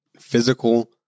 Physical